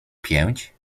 pięć